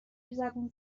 زبون